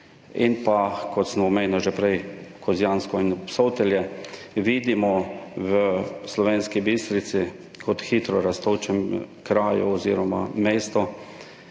in pa, kot sem omenil že prej, Kozjansko in Obsotelje, vidimo v Slovenski Bistrici kot hitro rastočem kraju oziroma mestu